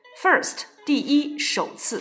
first,第一,首次